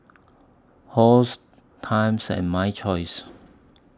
Halls Times and My Choice